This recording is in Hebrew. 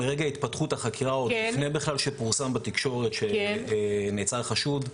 מרגע התפתחות החקירה עוד לפני בכלל שפורסם בתקשורת שנעצר חשוד,